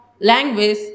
language